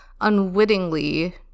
unwittingly